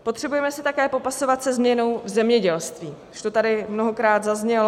Potřebujeme se také popasovat se změnou v zemědělství, už to tady mnohokrát zaznělo.